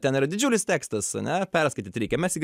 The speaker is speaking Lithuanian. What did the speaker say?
ten yra didžiulis tekstas ane perskaityt reikia mes ji